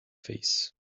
face